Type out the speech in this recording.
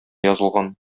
язылган